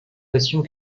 fassions